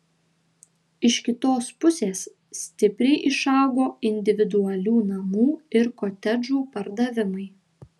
iš kitos pusės stipriai išaugo individualių namų ir kotedžų pardavimai